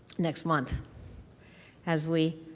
next month as we,